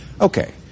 Okay